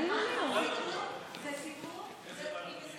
היא מסכמת?